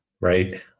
Right